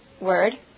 word